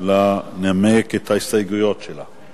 לנמק את ההסתייגויות שלה.